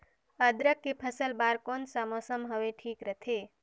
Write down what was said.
अदरक के फसल बार कोन सा मौसम हवे ठीक रथे?